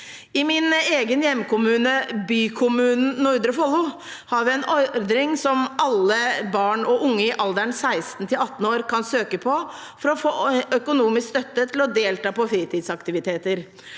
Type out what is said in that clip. I min egen hjemkommune, bykommunen Nordre Follo, har vi en ordning som alle barn og unge i alderen 16–18 år kan søke på for å få økonomisk støtte til å delta på fritidsaktiviteter.